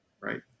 right